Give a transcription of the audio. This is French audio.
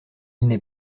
n’est